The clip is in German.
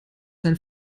sein